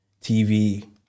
TV